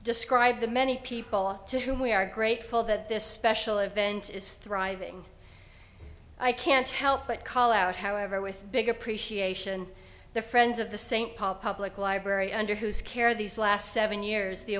described the many people to whom we are grateful that this special event is thriving i can't help but call out however with big appreciation the friends of the st paul public library under whose care these last seven years the